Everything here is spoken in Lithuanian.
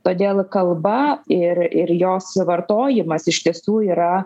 todėl kalba ir ir jos suvartojimas iš tiesų yra